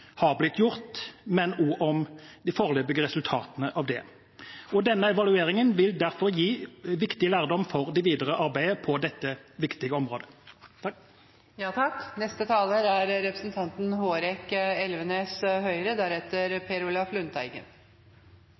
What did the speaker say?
har blitt gjort, men også om de foreløpige resultatene av det. Denne evalueringen vil derfor gi viktig lærdom for det videre arbeidet på dette viktige området. En debatt om kultur kan fort bli en litt lite håndgripelig debatt, nettopp fordi det er